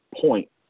point